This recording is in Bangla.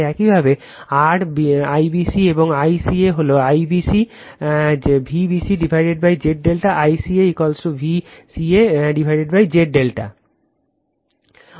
তাই একইভাবে r IBC এবং ICA হল IBC VbcZ ∆ ICA VcaZ ∆